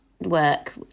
work